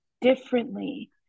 differently